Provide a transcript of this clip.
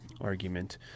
argument